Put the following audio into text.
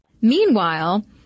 Meanwhile